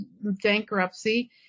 bankruptcy